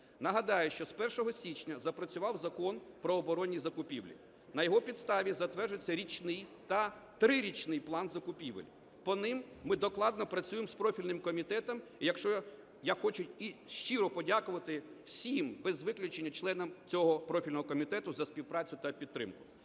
Нагадаю, що з 1 січня запрацював Закон "Про оборонні закупівлі". На його підставі затверджується Річний та Трирічний плани закупівель. По них ми докладно працюємо з профільним комітетом. Я хочу щиро подякувати всім без виключення членам цього профільного комітету за співпрацю та підтримку.